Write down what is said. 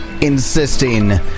insisting